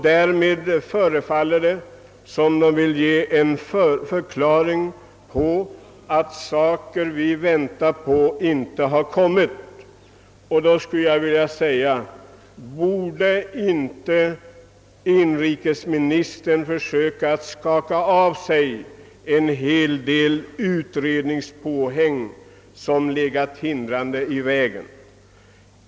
Det förefaller som om man därmed vill förklara varför handlingar som vi har väntat på inte har kommit. Borde inte inrikesministern försöka befria sig från en hel del utredningar som verkat hindrande på arbetet?